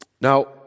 Now